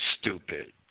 stupid